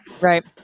Right